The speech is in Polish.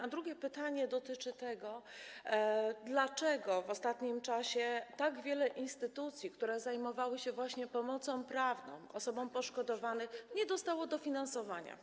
A drugie pytanie dotyczy tego, dlaczego w ostatnim czasie tak wiele instytucji, które zajmowały się właśnie pomocą prawną osobom poszkodowanym, nie dostało dofinansowania.